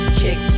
kick